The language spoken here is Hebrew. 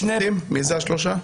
מי אלה השלושה?